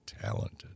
talented